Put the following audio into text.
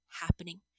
happening